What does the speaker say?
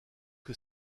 que